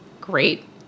great